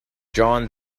john